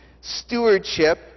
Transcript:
stewardship